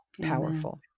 powerful